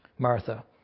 Martha